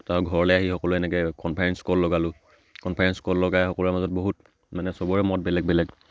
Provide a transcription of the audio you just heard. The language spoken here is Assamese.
তাৰ ঘৰলৈ আহি সকলোৱে এনেকৈ কনফাৰেঞ্চ কল লগালোঁ কনফাৰেঞ্চ কল লগাই সকলোৰে মাজত বহুত মানে চবৰে মত বেলেগ বেলেগ